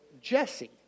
Jesse